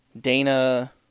Dana